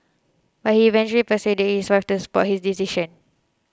but he eventually persuaded his wife to support his decision